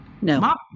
No